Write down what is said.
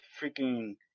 freaking